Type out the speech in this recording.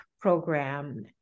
program